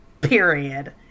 Period